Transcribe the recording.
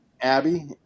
Abby